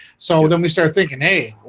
so then we started thinking hey,